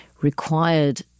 required